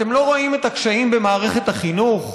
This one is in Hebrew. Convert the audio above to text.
אתם לא רואים את הקשיים במערכת החינוך?